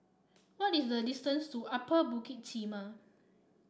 what is the distance to Upper Bukit Timah